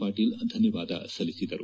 ಪಾಟೀಲ್ ಧನ್ಯವಾದ ಸಲ್ಲಿಸಿದರು